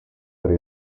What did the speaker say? tra